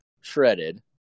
shredded